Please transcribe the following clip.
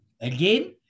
Again